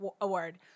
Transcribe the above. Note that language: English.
award